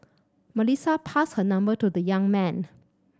Melissa passed her number to the young man